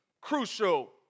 crucial